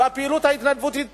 הפעילות ההתנדבותית